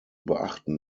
beachten